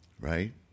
Right